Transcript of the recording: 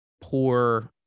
poor